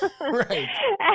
Right